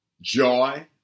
joy